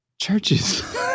Churches